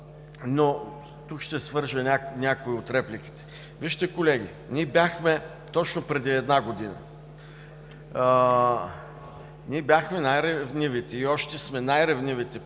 Тук ще свържа някои от репликите. Вижте, колеги, точно преди една година ние бяхме най-ревнивите и още сме най-ревнивите